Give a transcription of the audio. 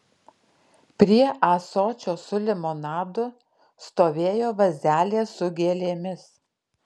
prie ąsočio su limonadu stovėjo vazelė su gėlėmis